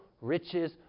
riches